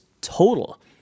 total